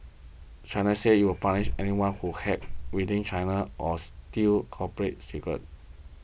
China says you will punish anyone who hacks within China or steals corporate secrets